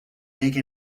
make